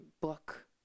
book